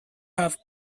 had